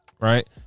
right